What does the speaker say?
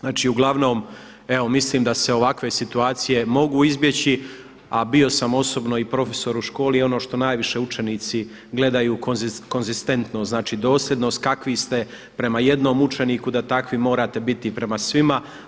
Znači uglavnom evo mislim da se ovakve situacije mogu izbjeći a bio sam osobno i profesor u školi i ono što najviše učenici gledaju konzistentnost, znači dosljednost kakvi ste prema jednom učeniku da takvi morate biti i prema svima.